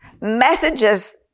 Messages